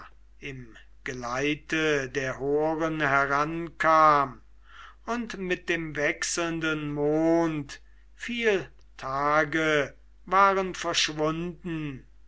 im geleite der horen herankam und mit dem wechselnden mond viel tage waren verschwunden